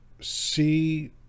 see